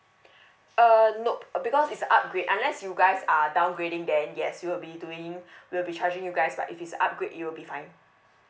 uh nope uh because is upgrade unless you guys are downgrading then yes you'll be doing we'll be charging you guys but if it's upgrade it'll be fine